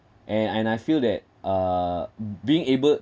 and and I feel that uh being able